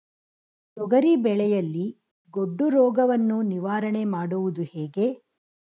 ತೊಗರಿ ಬೆಳೆಯಲ್ಲಿ ಗೊಡ್ಡು ರೋಗವನ್ನು ನಿವಾರಣೆ ಮಾಡುವುದು ಹೇಗೆ?